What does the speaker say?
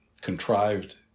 contrived